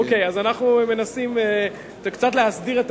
אז אנחנו מנסים קצת להסדיר,